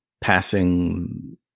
passing